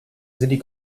die